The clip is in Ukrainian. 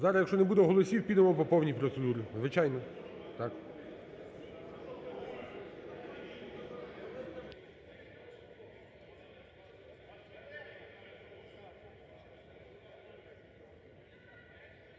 Зараз якщо не буде голосів, підемо по повній процедурі, звичайно,